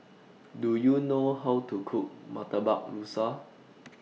Do YOU know How to Cook Murtabak Rusa